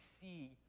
see